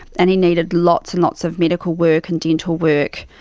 and he needed lots and lots of medical work and dental work.